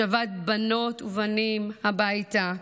השבת בנות ובנים הביתה.